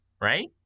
right